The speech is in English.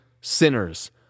sinners